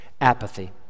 Apathy